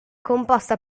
composta